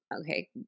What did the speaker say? okay